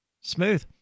Smooth